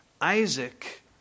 Isaac